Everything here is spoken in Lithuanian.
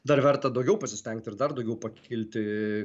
dar verta daugiau pasistengti ir dar daugiau pakilti